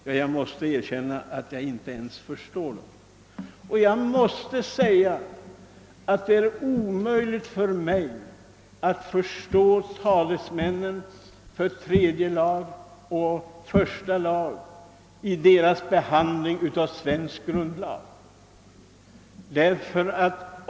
Ja, jag måste erkänna att jag inte ens förstår dem.» Jag måste säga att det är omöjligt för mig att förstå talesmännen för tredje lagutskottet och första lagutskottet i deras behandling av svensk grundlag.